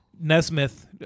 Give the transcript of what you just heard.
Nesmith